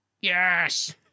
yes